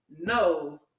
no